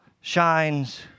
Shines